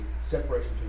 separation